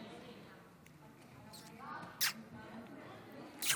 כבוד היושב-ראש,